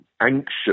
Anxious